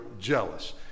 jealous